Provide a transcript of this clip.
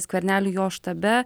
skverneliui jo štabe